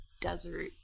desert